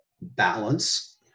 balance